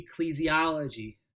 ecclesiology